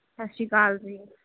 ਸਤਿ ਸ਼੍ਰੀ ਅਕਾਲ ਜੀ